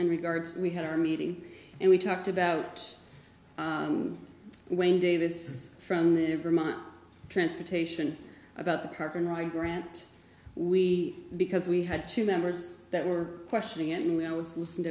d regards and we had our meeting and we talked about wayne davis from their vermont transportation about the park and right grant we because we had two members that were questioning and we always listen to